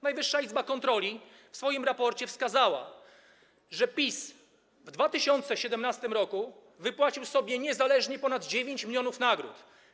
Najwyższa Izba Kontroli w swoim raporcie wskazała, że PiS w 2017 r. wypłacił sobie niezależnie ponad 9 mln nagród.